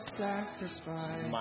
sacrifice